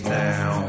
now